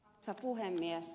arvoisa puhemies